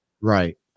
Right